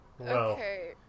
Okay